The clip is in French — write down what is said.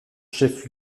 chef